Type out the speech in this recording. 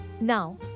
Now